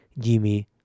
Jimmy